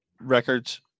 records